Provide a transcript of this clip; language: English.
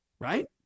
Right